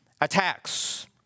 attacks